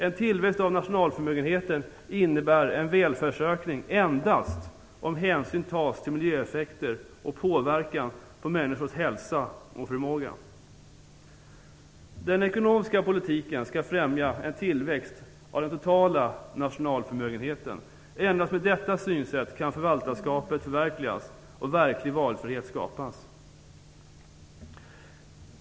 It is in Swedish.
En tillväxt av nationalförmögenheten innebär en välfärdsökning endast om hänsyn tas till miljöeffekter och påverkan på människors hälsa och förmåga. Den ekonomiska politiken skall främja en tillväxt av den totala nationalförmögenheten. Det är endast med detta synsätt som förvaltarskapet kan förverkligas och verklig valfrihet skapas.